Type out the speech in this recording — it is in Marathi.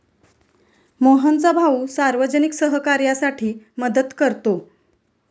मोहनचा भाऊ सार्वजनिक सहकार्यासाठी मदत करतो